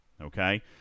Okay